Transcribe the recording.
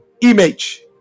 image